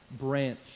branch